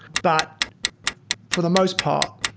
but for the most part,